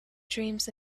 dreams